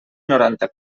noranta